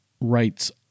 rights